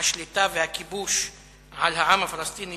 השליטה והכיבוש על העם הפלסטיני